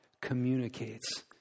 communicates